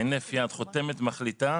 בהינף יד חותמת ומחליטה,